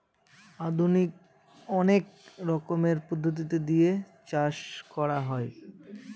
আধুনিক অনেক রকমের পদ্ধতি দিয়ে চাষ করা হয়